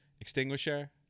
extinguisher